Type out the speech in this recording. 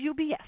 UBS